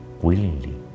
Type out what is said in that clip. willingly